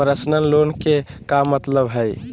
Personal loan के का मतलब हई?